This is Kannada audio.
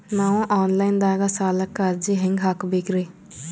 ನಾವು ಆನ್ ಲೈನ್ ದಾಗ ಸಾಲಕ್ಕ ಅರ್ಜಿ ಹೆಂಗ ಹಾಕಬೇಕ್ರಿ?